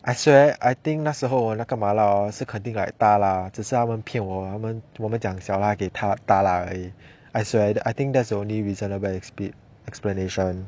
I swear I think 那时候那个麻辣 hor 是肯定 like 大辣只是他们骗我他们我们讲小辣给他大辣而已 eh I swear that I think that's only reasonable explanation